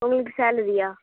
உங்களுக்கு சாலரியா